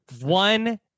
one